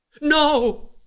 No